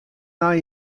nei